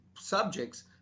subjects